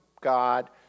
god